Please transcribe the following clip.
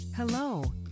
Hello